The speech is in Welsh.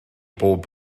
bob